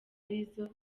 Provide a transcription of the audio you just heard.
arizo